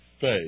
faith